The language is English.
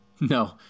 No